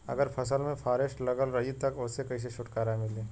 अगर फसल में फारेस्ट लगल रही त ओस कइसे छूटकारा मिली?